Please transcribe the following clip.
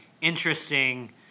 interesting